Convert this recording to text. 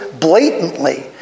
blatantly